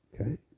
Okay